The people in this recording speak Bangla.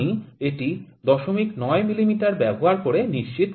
আমি এটি ০৯ মিমি ব্যবহার করে নিশ্চিত করব